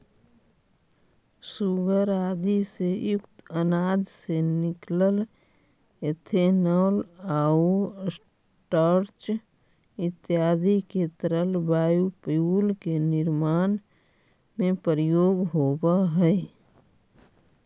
सूगर आदि से युक्त अनाज से निकलल इथेनॉल आउ स्टार्च इत्यादि के तरल बायोफ्यूल के निर्माण में प्रयोग होवऽ हई